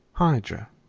hydra,